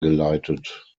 geleitet